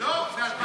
לא ב-2020.